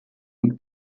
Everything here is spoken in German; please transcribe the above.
und